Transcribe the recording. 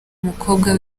umukobwa